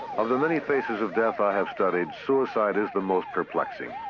of the many faces of death i have studied, suicide is the most perplexing.